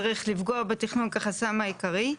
צריך לפגוע בתכנון כחסם העיקרי.